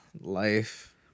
Life